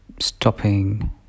stopping